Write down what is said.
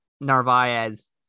Narvaez